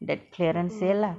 that clearance sale lah